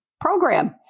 program